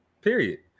period